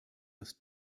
das